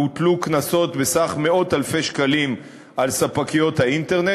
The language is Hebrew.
והוטלו קנסות בסך מאות אלפי שקלים על ספקיות האינטרנט.